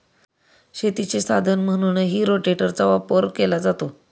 शेतीचे साधन म्हणूनही रोटेटरचा वापर केला जातो